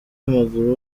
w’amaguru